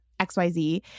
XYZ